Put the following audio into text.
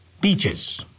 beaches